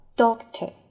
doctor